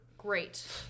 Great